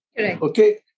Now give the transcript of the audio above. Okay